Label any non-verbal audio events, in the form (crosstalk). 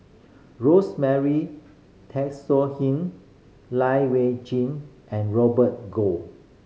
Rosemary (unintelligible) Lai Weijie and Robert Goh